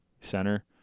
Center